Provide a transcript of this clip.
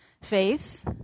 Faith